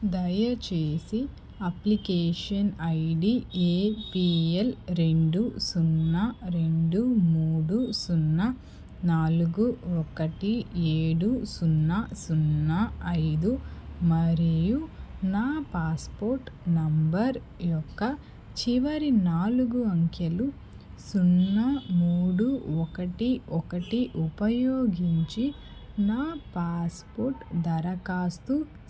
దయచేసి application ID APL రెండు సున్నా రెండు మూడు సున్నా నాలుగు ఒకటి ఏడు సున్నా సున్నా ఐదు మరియు నా పాస్పోర్ట్ నంబర్ యొక్క చివరి నాలుగు అంకెలు సున్నా మూడు ఒకటి ఒకటి ఉపయోగించి నా పాస్పోర్ట్ దరఖాస్తు